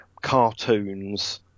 cartoons